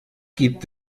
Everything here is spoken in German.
gibt